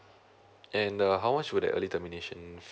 and the how much would that early termination fee